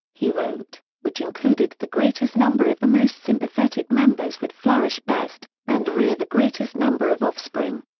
he wrote, which included the greatest number of the most sympathetic members would flourish best, and rear the greatest number of offspring.